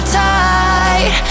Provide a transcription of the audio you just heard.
tight